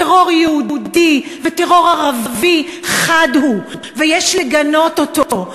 טרור יהודי וטרור ערבי חד הם, ויש לגנות אותו.